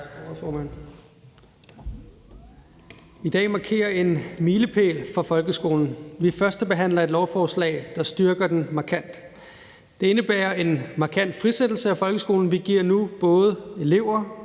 I dag markerer en milepæl for folkeskolen. Vi førstebehandler et lovforslag, der styrker den markant. Det indebærer en markant frisættelse af folkeskolen. Vi giver nu både elever,